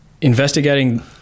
investigating